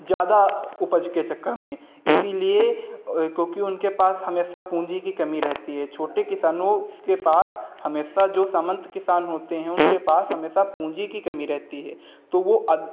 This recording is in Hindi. ज़्यादा उपज के चक्कर में इसीलिए क्योंकि उनके पास हमेशा पूँजी की कमी रहती है छोटे किसानों के पास हमेशा जो सामंत किसान होते हैं उनके पास हमेशा पूँजी की कमी रहती है तो वो अधी